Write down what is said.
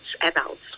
adults